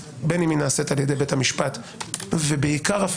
בין אם נעשית על ידי בית המשפט ובעיקר אם